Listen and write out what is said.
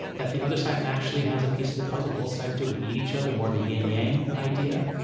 that the other side actually has a piece of the puzzle both sides do. we need each other, more of a yin-yang idea.